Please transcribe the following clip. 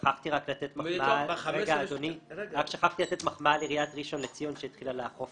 שכחתי רק לתת מחמאה לעיריית ראשון לציון שהתחילה לאכוף